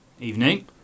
Evening